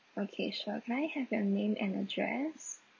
okay sure can I have your name and address